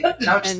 No